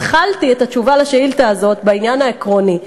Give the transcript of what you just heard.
התחלתי את התשובה על השאילתה הזאת בעניין העקרוני.